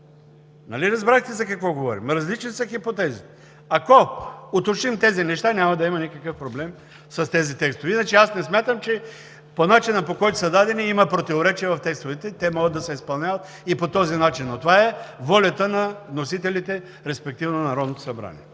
Нали разбрахте за какво говорим? Различни са хипотезите. Ако уточним тези неща, няма да има никакъв проблем с тези текстове, иначе аз не смятам, че по начина, по който са дадени, има противоречие в текстовете. Те могат да се изпълняват и по този начин, но това е волята на вносителите, респективно на Народното събрание.